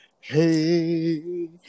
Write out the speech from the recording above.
Hey